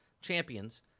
champions